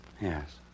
Yes